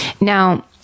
Now